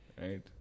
right